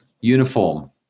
uniform